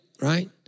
right